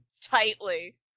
tightly